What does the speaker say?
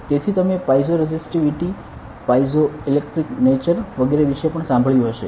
તેથી તમે piezo resistivity piezoelectric nature વગેરે વિશે પણ સાંભળ્યું હશે